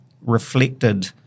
reflected